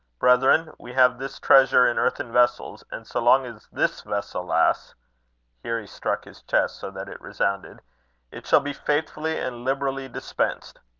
brethren, we have this treasure in earthen vessels, and so long as this vessel lasts here he struck his chest so that it resounded it shall be faithfully and liberally dispensed.